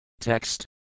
Text